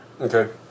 Okay